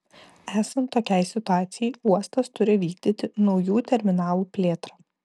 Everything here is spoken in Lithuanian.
esant tokiai situacijai uostas turi vykdyti naujų terminalų plėtrą